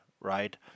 right